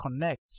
connect